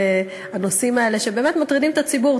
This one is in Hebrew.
הנושאים האלה שבאמת מטרידים את הציבור.